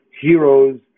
heroes